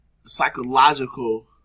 psychological